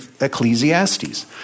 Ecclesiastes